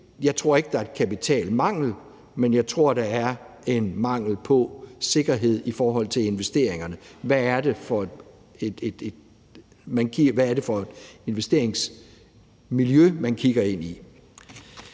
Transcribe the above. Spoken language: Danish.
jeg ikke, der er kapitalmangel, men jeg tror, der er en manglende sikkerhed i forhold til investeringerne: Hvad er det for et investeringsmiljø, man kigger ind i?